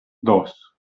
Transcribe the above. dos